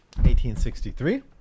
1863